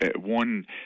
one